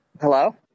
Hello